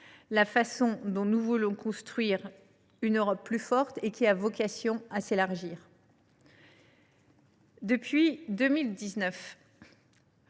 la façon dont nous voulons construire une Europe plus forte et qui a vocation à s’élargir. Depuis 2019,